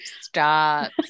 Stop